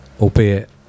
albeit